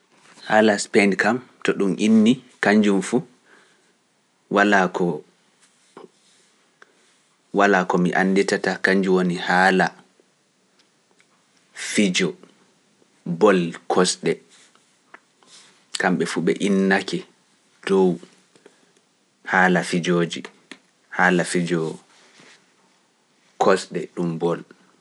Haala Aspeendi kam to ɗum innii kañjum fu, walaa ko mi annditata kañjum woni haala fijo bol kosɗe, kamɓe fu ɓe innake dow haala fijoji, haala fijo kosɗe ɗum bol.